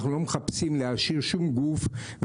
אנחנו לא מחפשים להעשיר שום גוף,